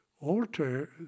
alter